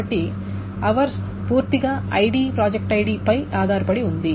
కాబట్టి అవర్స్ పూర్తిగా ID project ID పై ఆధారపడి ఉంది